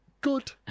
Good